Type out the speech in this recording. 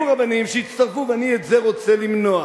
יהיו רבנים שיצטרפו, ואני את זה רוצה למנוע.